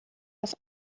das